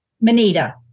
Manita